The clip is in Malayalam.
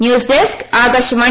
news desk Akashvani